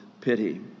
pity